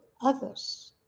others